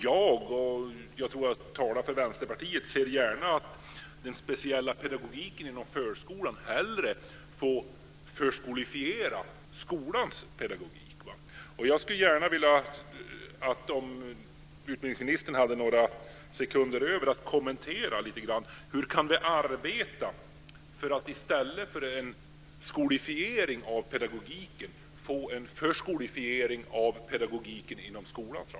Jag, och jag tror att jag talar för Vänsterpartiet, ser gärna att den speciella pedagogiken inom förskolan hellre får förskolefiera skolans pedagogik. Om utbildningsministern hade några sekunder över skulle jag vilja att han kommenterar hur vi kan arbeta för att i stället för en skolefiering av pedagogiken i förskolan kan få en förskolefiering av pedagogiken inom skolans ram.